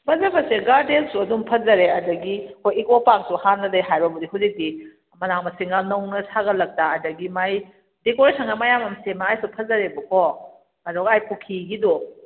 ꯐꯖꯕꯁꯦ ꯒꯥꯔꯗꯦꯟꯁꯨ ꯑꯗꯨꯝ ꯐꯖꯔꯦ ꯑꯗꯒꯤ ꯍꯣꯏ ꯏꯀꯣ ꯄꯥꯔꯛꯁꯨ ꯍꯥꯟꯅꯗꯩ ꯍꯥꯏꯕꯕꯨꯗꯤ ꯍꯧꯖꯤꯛꯇꯤ ꯃꯅꯥ ꯃꯁꯤꯡ ꯌꯥꯝ ꯅꯧꯅ ꯁꯥꯒꯠꯂꯛꯄ ꯑꯗꯒꯤ ꯃꯥꯒꯤ ꯗꯦꯀꯣꯔꯦꯁꯟꯒ ꯃꯌꯥꯝ ꯑꯃ ꯁꯦꯝꯃ ꯈꯨꯐꯖꯔꯦꯕꯀꯣ ꯑꯗꯨꯒ ꯑꯥ ꯄꯨꯈ꯭ꯔꯤꯒꯤꯗꯣ